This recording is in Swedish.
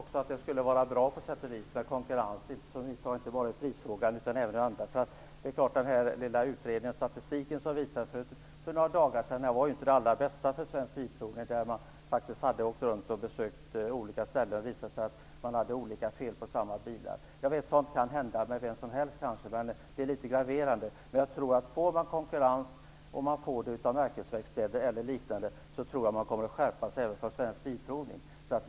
Fru talman! Jag tror att det på sätt och vis skulle vara bra med konkurrens. Det är inte bara en prisfråga. Utredningsstatistiken för några dagar sedan var ju inte den allra bästa för Svensk Bilprovning. Man hade åkt runt och besökt olika ställen, och det visade sig att man hade fått olika fel på samma bilar. Jag vet att sådant kan hända vem som helst, men det är litet graverande. Får man konkurrens av märkesverkstäder eller liknande, tror jag att man kommer att skärpa sig även på Svensk Bilprovning.